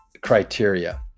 criteria